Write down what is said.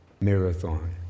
marathon